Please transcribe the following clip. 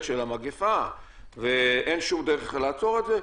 של המגפה ואין שום דרך איך לעצור את זה,